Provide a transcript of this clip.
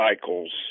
cycles